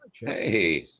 Hey